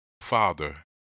father